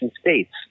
states